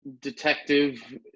detective